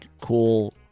cool